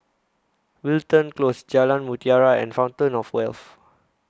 Wilton Close Jalan Mutiara and Fountain of Wealth